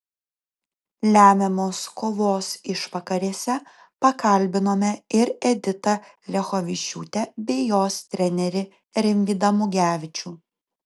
lemiamos kovos išvakarėse pakalbinome ir editą liachovičiūtę bei jos trenerį rimvydą mugevičių